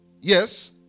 Yes